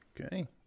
Okay